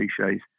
cliches